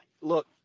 Look